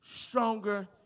stronger